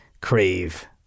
crave